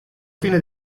fine